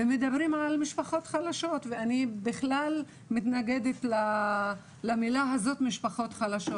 מדברים על משפחות חלשות ואני בכלל מתנגדת לביטוי משפחות חלשות.